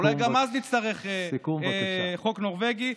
אולי גם אז נצטרך חוק נורבגי.